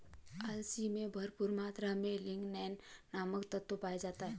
अलसी में भरपूर मात्रा में लिगनेन नामक तत्व पाया जाता है